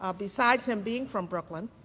ah besides him being from brooklyn,